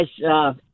guys